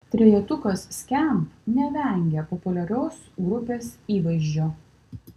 trejetukas skamp nevengia populiarios grupės įvaizdžio